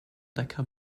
decker